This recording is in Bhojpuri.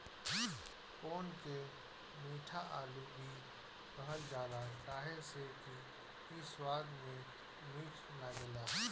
कोन के मीठा आलू भी कहल जाला काहे से कि इ स्वाद में मीठ लागेला